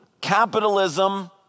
Capitalism